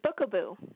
Bookaboo